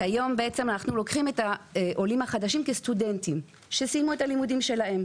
כיום אנחנו לוקחים את העולים החדשים כסטודנטים שסיימו את הלימודים שלהם,